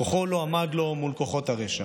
כוחו לא עמד לו מול כוחות הרשע